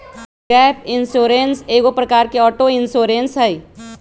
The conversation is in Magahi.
गैप इंश्योरेंस एगो प्रकार के ऑटो इंश्योरेंस हइ